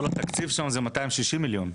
כל התקציב שם זה 260 מיליון.